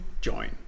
join